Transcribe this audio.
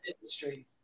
industry